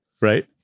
Right